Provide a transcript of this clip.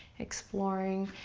exploring,